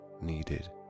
needed